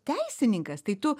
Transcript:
teisininkas tai tu